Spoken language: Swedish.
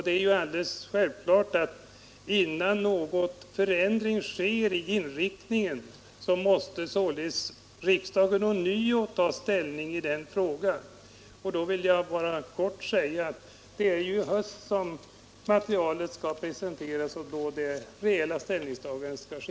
Det är självklart att riksdagen innan någon eventuell förändring kan ske i inriktningen ånyo måste ta ställning i den frågan. Det är i höst som materialet skall presenteras och det reella ställningstagandet ske.